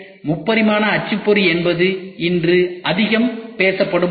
எனவே முப்பரிமாண அச்சுப்பொறி என்பது இன்று அதிகம் பேசப்படும் ஒன்று